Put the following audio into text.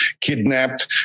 kidnapped